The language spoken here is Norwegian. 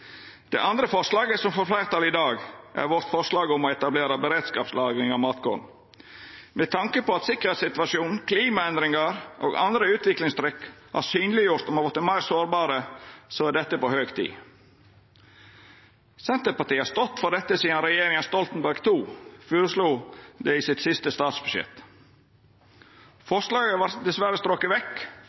Det andre forslaget som får fleirtal i dag, er vårt forslag om å etablera beredskapslagring av matkorn. Med tanke på at sikkerheitssituasjonen, klimaendringar og andre utviklingstrekk har gjort synleg at me har vorte meir sårbare, er dette på høg tid. Senterpartiet har stått for dette sidan regjeringa Stoltenberg II føreslo det i sitt siste statsbudsjett. Forslaget vart dessverre stroke vekk